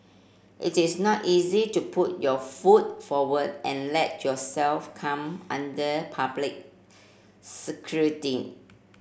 it is not easy to put your foot forward and let yourself come under public scrutiny